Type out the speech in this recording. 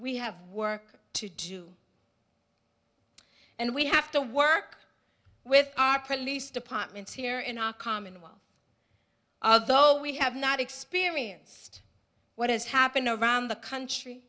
we have work to do and we have to work with our police departments here in our commonwealth of though we have not experienced what has happened around the country